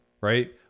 right